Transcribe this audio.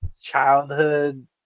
childhood